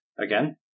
again